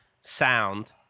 sound